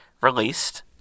released